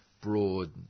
broad